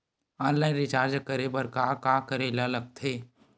Online recharge करे बर का का करे ल लगथे?